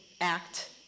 act